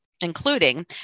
including